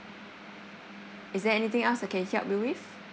is there anything else I can help you with